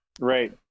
Right